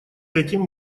этим